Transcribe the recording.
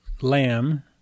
lamb